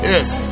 Yes